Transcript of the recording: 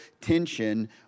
tension